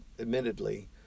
admittedly